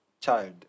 child